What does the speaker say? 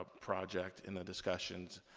ah project in the discussions.